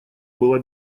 была